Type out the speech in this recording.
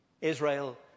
Israel